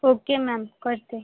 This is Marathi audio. ओके मॅम करते